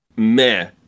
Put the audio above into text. meh